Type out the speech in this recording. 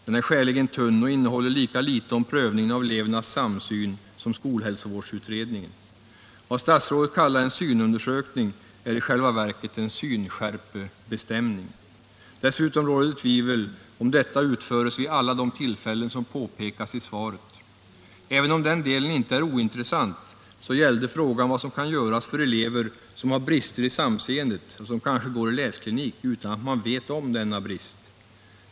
Den är skäligen tunn och innehåller lika litet om prövningen av elevernas samsyn som skolhälsovårdsutredningen. Vad statsrådet kallar en synundersökning är i själva verket en synskärpebestämning. Dessutom råder det tvivel om huruvida sådan utföres vid alla de tillfällen som påpekas i svaret. Även om den delen inte är ointressant så gällde frågan vad som kan göras för elever som har brister i samseendet och som kanske går i läsklinik utan att man vet om denna brist.